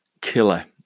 killer